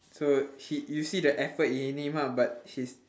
so he you see the effort in him ah but he's